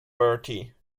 bertie